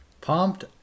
Pumped